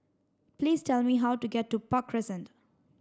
please tell me how to get to Park Crescent